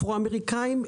אפרו-אמריקאים,